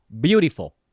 Beautiful